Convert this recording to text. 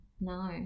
No